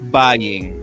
buying